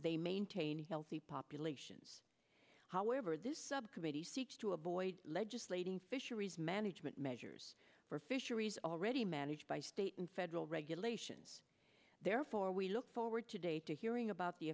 they maintain healthy populations however this subcommittee seeks to avoid legislating fisheries management measures for fisheries already managed by state and federal regulations therefore we look forward today to hearing about the